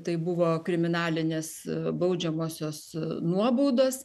tai buvo kriminalinės baudžiamosios nuobaudos